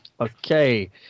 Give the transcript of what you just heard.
Okay